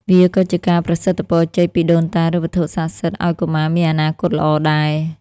វាក៏ជាការប្រសិទ្ធពរជ័យពីដូនតា ឬវត្ថុស័ក្តិសិទ្ធិឱ្យកុមារមានអនាគតល្អដែរ។